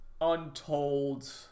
untold